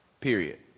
Period